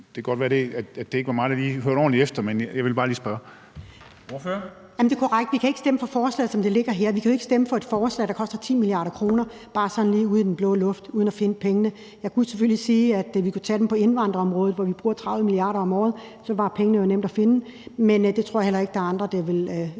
Det kan godt være, at det var mig, der ikke lige hørte ordentligt efter, men jeg ville bare lige spørge. Kl. 11:23 Formanden (Henrik Dam Kristensen): Ordføreren. Kl. 11:23 Liselott Blixt (DF): Det er korrekt. Vi kan ikke stemme for forslaget, som det ligger her. Vi kan jo ikke stemme for et forslag, der koster 10 mia. kr., bare sådan lige ud i det blå uden at finde pengene. Jeg kunne selvfølgelig sige, at vi kunne tage dem fra indvandrerområdet, hvor vi bruger 30 mia. kr. om året. Så var det jo nemt at finde pengene, men det tror jeg ikke at der er andre der vil